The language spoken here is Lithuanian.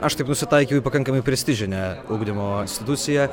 aš taip nusitaikiau į pakankamai prestižinę ugdymo instituciją